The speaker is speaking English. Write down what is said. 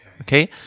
Okay